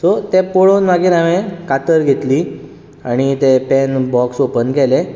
तें पळोवन हांवें मागीर कातर घेतली आनी तें पॅन बॉक्स ओपन केलें